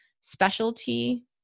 specialty